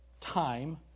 time